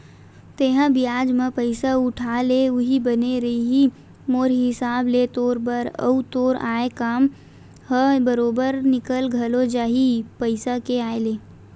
तेंहा बियाज म पइसा उठा ले उहीं बने रइही मोर हिसाब ले तोर बर, अउ तोर आय काम ह बरोबर निकल घलो जाही पइसा के आय ले